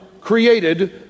created